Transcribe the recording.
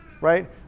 right